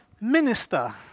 minister